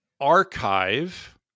archive